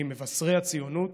ממבשרי הציונות,